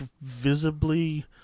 visibly